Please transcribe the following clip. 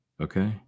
Okay